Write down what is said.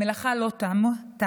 המלאכה לא תמה,